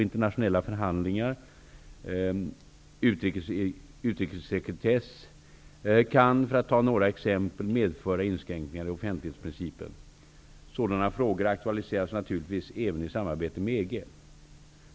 kan -- för att ta några exempel -- medföra inskränkningar i offentlighetsprincipen. Sådana frågor aktualiseras naturligvis även i samarbetet med EG.